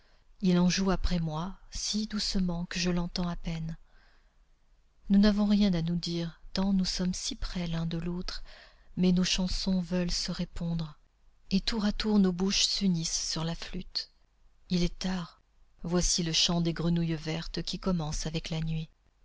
il en joue après moi si doucement que je l'entends à peine nous n'avons rien à nous dire tant nous sommes près l'un de l'autre mais nos chansons veulent se répondre et tour à tour nos bouches s'unissent sur la flûte il est tard voici le chant des grenouilles vertes qui commence avec la nuit